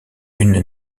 une